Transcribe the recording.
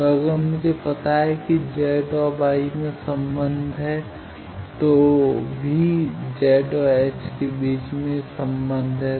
तो अगर मुझे पता है कि Z मैं Y में जा सकता हूं तो भी Z और H के बीच संबंध हैं